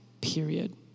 period